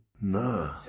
No